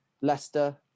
Leicester